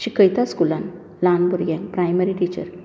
शिकयतां स्कुलांत ल्हान भुरग्यांक प्रायमरी टिचर